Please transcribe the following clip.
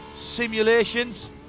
Simulations